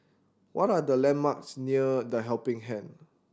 what are the landmarks near The Helping Hand